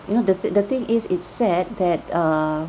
you know the thing the thing it's sad that err